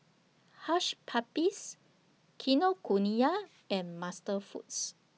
Hush Puppies Kinokuniya and MasterFoods